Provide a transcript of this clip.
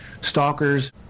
stalkers